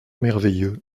merveilleux